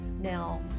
Now